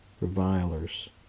revilers